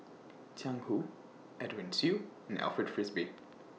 Jiang Hu Edwin Siew and Alfred Frisby